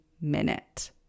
minute